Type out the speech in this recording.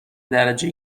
درجه